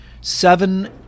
seven